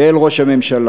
ואל ראש הממשלה: